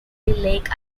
lake